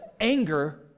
anger